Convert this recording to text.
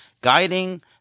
guiding